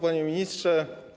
Panie Ministrze!